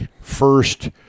first –